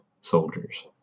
soldiers